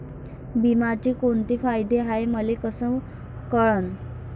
बिम्याचे कुंते फायदे हाय मले कस कळन?